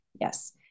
Yes